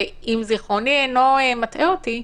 אם זכרוני אינו מטעה אותי,